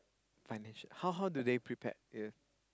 financial how how do they prepared the